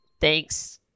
thanks